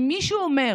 אם מישהו אומר: